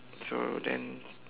so then